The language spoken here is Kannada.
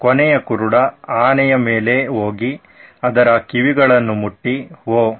ಕೊನೆಯ ಕುರುಡ ಆನೆಯ ಮೇಲೆ ಹೋಗಿ ಅದರ ಕಿವಿಗಳನ್ನು ಮುಟ್ಟಿ ವಾಹ್